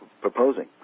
proposing